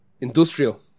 Industrial